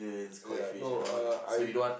ya no uh I'm